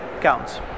counts